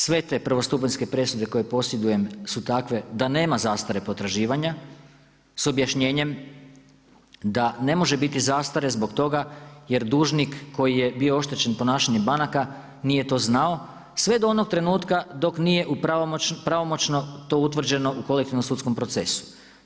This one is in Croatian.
Sve te prvostupanjske presude koje posjedujem su takve da nema zastare potraživanja s objašnjenjem da ne može biti zastare zbog toga jer dužnik koji je bio oštećen ponašanjem banaka nije to znao sve do onog trenutka dok nije u pravomoćno to utvrđeno u kolektivnom sudskom procesu.